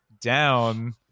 down